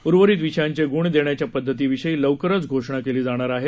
उर्वरित विषयांचे गुण देण्याच्या पद्धतीविषयी लवकरच घोषणा केली जाणार आहे